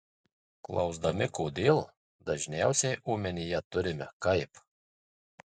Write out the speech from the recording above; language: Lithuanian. klausdami kodėl dažniausiai omenyje turime kaip